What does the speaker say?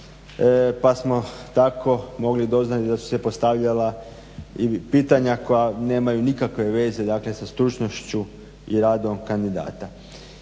pa smo tako mogli doznati da su se postavljala pitanja koja nemaju nikakve veze sa stručnošću i radom kandidata.